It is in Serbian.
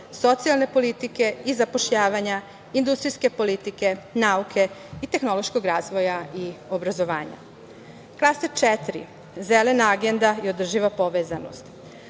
socijalne politike i zapošljavanja, industrijske politike, nauke i tehnološkog razvoja i obrazovanja. Klaster četiri – zelena agenda i održiva povezanost.